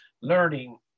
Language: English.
learning